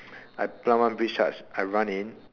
I plant one breach charge I run in